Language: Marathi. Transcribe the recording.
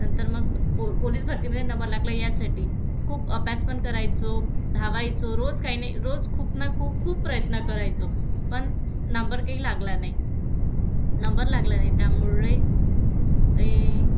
नंतर मग पो पोलिस भरतीमध्ये नंबर लागला यासाठी खूप अभ्यास पण करायचो धावायचो रोज काही नाही रोज खूप ना खूप खूप प्रयत्न करायचो पण नंबर काही लागला नाही नंबर लागला नाही त्यामुळे ते